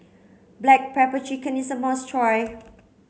black pepper chicken is a must try